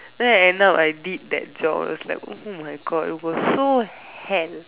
then end up I did that job it was like oh my God it was so hell